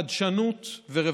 חדשנות ורווחה.